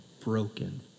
broken